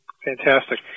Fantastic